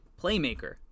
playmaker